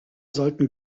sollten